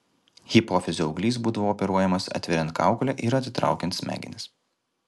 hipofizio auglys būdavo operuojamas atveriant kaukolę ir atitraukiant smegenis